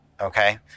Okay